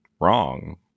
wrong